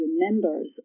remembers